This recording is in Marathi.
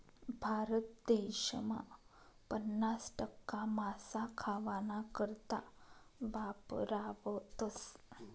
भारत देसमा पन्नास टक्का मासा खावाना करता वापरावतस